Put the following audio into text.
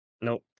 Nope